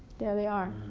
there they are